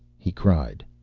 he cried.